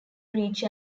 reach